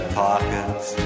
pockets